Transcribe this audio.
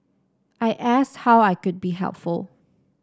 I ask how I could be helpful